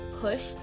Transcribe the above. push